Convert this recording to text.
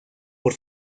por